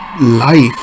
life